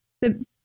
The-